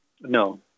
No